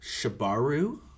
Shibaru